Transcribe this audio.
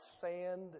sand